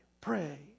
pray